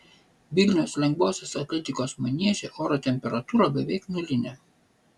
vilniaus lengvosios atletikos manieže oro temperatūra beveik nulinė